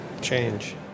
change